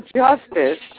justice